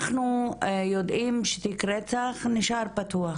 אנחנו יודעים שתיק רצח נשאר פתוח,